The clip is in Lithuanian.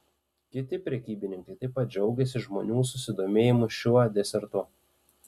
kiti prekybininkai taip pat džiaugėsi žmonių susidomėjimu šiuo desertu